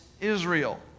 Israel